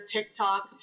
TikTok